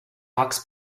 fox